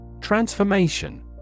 Transformation